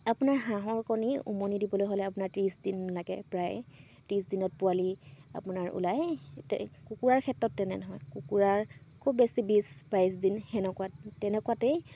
আপোনাৰ হাঁহৰ কণী উমনি দিবলৈ হ'লে আপোনাৰ ত্ৰিছ দিন লাগে প্ৰায় ত্ৰিছ দিনত পোৱালি আপোনাৰ ওলাই কুকুৰাৰ ক্ষেত্ৰত তেনে নহয় কুকুৰাৰ খুব বেছি বিছ বাইছ দিন সেনেকুৱাত তেনেকুৱাতেই